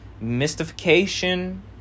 mystification